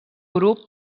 grup